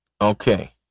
Okay